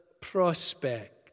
prospect